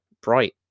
bright